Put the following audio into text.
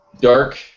dark